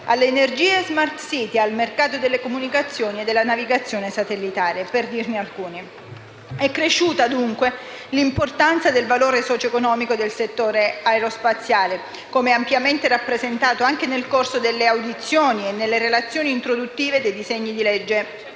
all'energia e *smart cities*, al mercato delle telecomunicazioni e della navigazione satellitare, per citare alcune delle possibili applicazioni. È cresciuta, dunque, l'importanza del valore socio-economico del settore aerospaziale, come ampiamente rappresentato anche nel corso delle audizioni e nelle relazioni introduttive ai disegni di legge